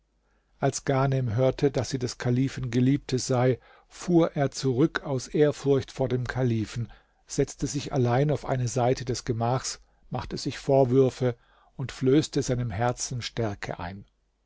als ghanem hörte daß sie des kalifen geliebte sei fuhr er zurück aus ehrfurcht vor dem kalifen setzt sich allein auf eine seite des gemachs machte sich vorwürfe und flößte seinem herzen stärke ein